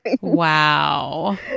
Wow